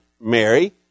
mary